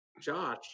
Josh